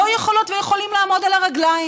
לא יכולות ולא יכולים לעמוד על הרגליים,